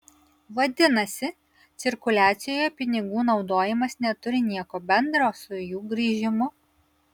vadinasi cirkuliacijoje pinigų naudojimas neturi nieko bendra su jų grįžimu